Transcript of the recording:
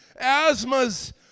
Asthma's